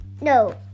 no